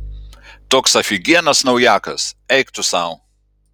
toks afigienas naujakas eik tu sau